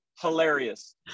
hilarious